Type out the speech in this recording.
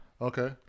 Okay